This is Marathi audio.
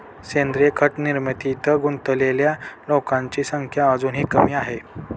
सेंद्रीय खत निर्मितीत गुंतलेल्या लोकांची संख्या अजूनही कमी आहे